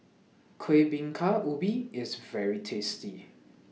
Kueh Bingka Ubi IS very tasty